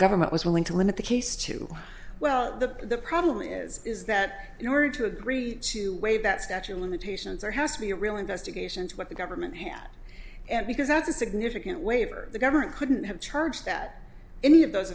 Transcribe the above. government was willing to limit the case to well the problem is is that in order to agree to waive that statue of limitations or has to be a real investigation what the government here and because that's a significant waiver the government couldn't have charged that any of those